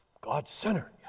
God-centered